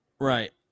right